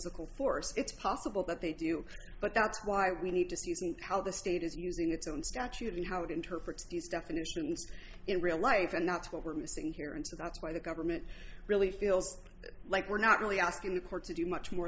physical force it's possible but they do but that's why we need to see how the state is using its own statute and how it interprets these definitions in real life and that's what we're missing here and so that's why the government really feels like we're not only asking the court to do much more